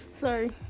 Sorry